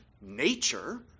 nature